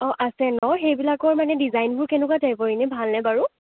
অ আছে ন' সেইবিলাকৰ মানে ডিজাইনবোৰ কেনেকুৱা টাইপৰ ইনে ভালনে বাৰু